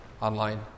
online